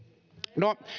no